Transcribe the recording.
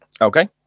Okay